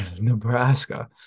Nebraska